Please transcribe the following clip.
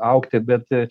augti bet